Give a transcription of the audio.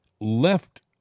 left